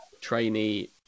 trainee